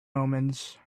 omens